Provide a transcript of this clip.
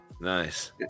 Nice